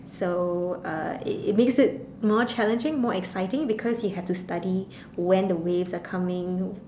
so uh it it makes it more challenging more exciting because you have to study when the waves are coming